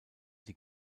die